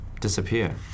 disappear